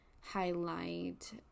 highlight